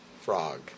frog